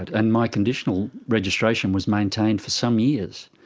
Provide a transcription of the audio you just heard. and and my conditional registration was maintained for some years,